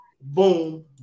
boom